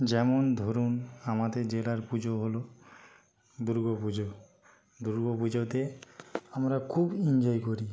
যেমন ধরুন আমাদের জেলার পুজো হলো দুর্গাপুজো দুর্গাপুজোতে আমরা খুব এনজয় করি